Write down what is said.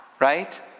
right